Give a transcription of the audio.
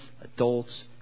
adults